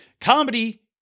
comedy